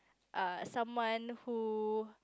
uh someone who